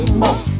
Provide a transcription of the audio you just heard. more